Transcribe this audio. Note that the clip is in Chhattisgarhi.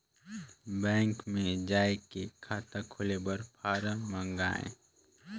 बैंक मे जाय के खाता खोले बर फारम मंगाय?